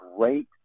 great